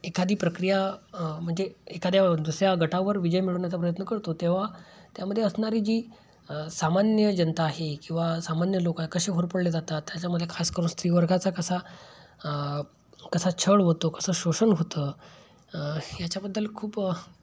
एखादी प्रक्रिया म्हणजे एखाद्या दुसऱ्या गटावर विजय मिळवण्याचा प्रयत्न करतो तेव्हा त्यामध्ये असणारी जी सामान्य जनता आहे किंवा सामान्य लोकं कसे होरपळले जातात त्याच्यामध्ये खास करून स्त्रीवर्गाचा कसा कसा छळ होतो कसं शोषण होतं याच्याबद्दल खूप